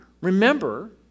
Remember